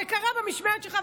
זה קרה במשמרת שלך.